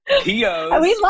POs